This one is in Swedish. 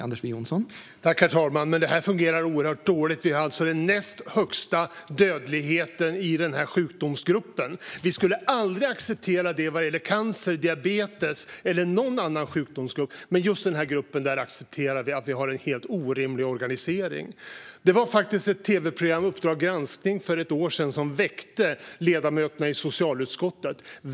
Herr talman! Detta fungerar oerhört dåligt. Vi har alltså den näst högsta dödligheten i den här sjukdomsgruppen. Vi skulle aldrig acceptera det när det gäller cancer, diabetes eller någon annan sjukdom, men när det gäller just denna grupp accepterar vi att vi har en helt orimlig organisering. Det var tv-programmet Uppdrag granskning som för ett år sedan som väckte ledamöterna i socialutskottet.